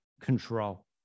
control